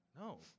No